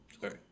sorry